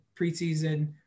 preseason